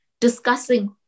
discussing